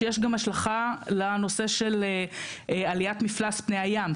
שיש גם השלכה לנושא של עליית מפלס פני הים.